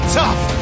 tough